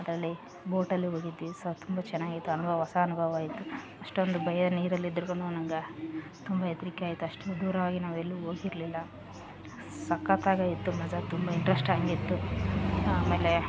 ಅದರಲ್ಲಿ ಬೋಟಲ್ಲಿ ಹೋಗಿದ್ವಿ ಸಹ ತುಂಬ ಚೆನ್ನಾಗಿತ್ತು ಅನುಭವಾ ಹೊಸ ಅನುಭವಾ ಆಯಿತು ಅಷ್ಟೊಂದು ಭಯ ನೀರಲ್ಲಿ ಇದ್ರು ನಂಗೆ ತುಂಬ ಹೆದ್ರಿಕೆ ಆಯಿತು ಅಷ್ಟು ದೂರವಾಗಿ ನಾವು ಎಲ್ಲು ಹೋಗಿರ್ಲಿಲ್ಲ ಸಕ್ಕತಾಗೆ ಇತ್ತು ತುಂಬ ಇಂಟರೆಸ್ಟಾಗೆ ಇತ್ತು ಆಮೇಲೆ